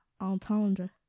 entendre